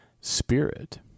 spirit